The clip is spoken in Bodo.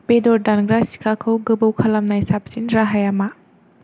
बेदर दानग्रा सिखाखौ गोबौ खालामनाय साबसिन राहाया मा